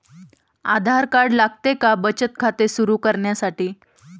आधार card लागते का बचत खाते सुरू करण्यासाठी?